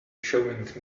showing